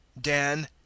Dan